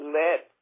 let